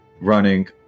running